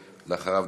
אחריו,